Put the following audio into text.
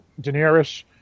Daenerys